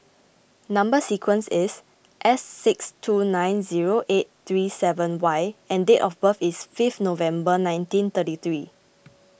Number Sequence is S six two nine zero eight three seven Y and date of birth is fifteen November nineteen thirty three